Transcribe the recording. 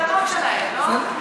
הוא מקבל מהאדמות שלהם, לא?